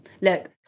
look